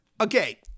Okay